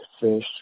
fish